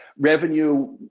revenue